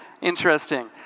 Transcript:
interesting